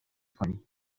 کنی